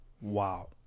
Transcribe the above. Wow